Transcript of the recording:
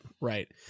right